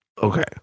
Okay